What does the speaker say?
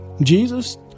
Jesus